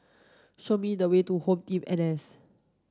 show me the way to HomeTeam N and S